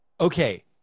Okay